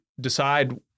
decide